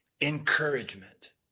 encouragement